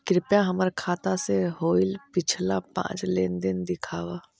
कृपा हमर खाता से होईल पिछला पाँच लेनदेन दिखाव